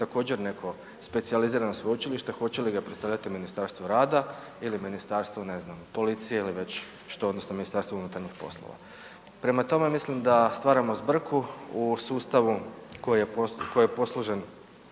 također neko specijalizirano sveučilište hoće li ga predstavljati Ministarstvo rada ili Ministarstvo, ne znam, policije ili već što odnosno MUP? Prema tome, mislim da stvaramo zbrku u sustavu koji je posložen